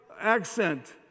accent